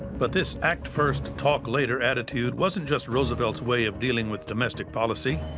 but this act first talk later attitude wasn't just roosevelt's way of dealing with domestic policy.